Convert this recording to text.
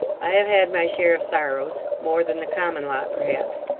i have had my share of sorrows more than the common lot, perhaps,